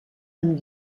amb